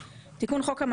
תיקון חוק33.